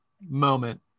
moment